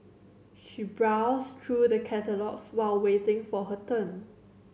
she browsed through the catalogues while waiting for her turn